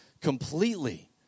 completely